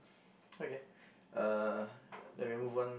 okay uh then we move on